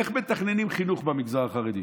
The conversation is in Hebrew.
איך מתכננים חינוך במגזר החרדי?